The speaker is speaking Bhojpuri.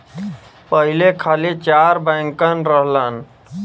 पहिले खाली चार बैंकन रहलन